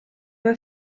were